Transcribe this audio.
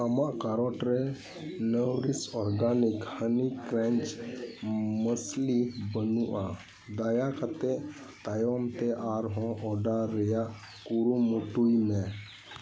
ᱟᱢᱟᱜ ᱠᱮᱨᱮᱴ ᱨᱮ ᱱᱟᱣᱨᱤᱥ ᱚᱨᱜᱟᱱᱤᱠ ᱦᱟᱱᱤ ᱠᱨᱮᱧᱪ ᱢᱟᱥᱞᱤ ᱵᱟᱹᱱᱩᱜᱼᱟ ᱫᱟᱭᱟ ᱠᱟᱛᱮᱫ ᱛᱟᱭᱚᱢ ᱛᱮ ᱟᱨᱦᱚᱸ ᱚᱰᱟᱨ ᱨᱮᱭᱟᱜ ᱠᱩᱨᱩᱢᱩᱴᱩᱭ ᱢᱮ